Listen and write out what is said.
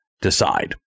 decide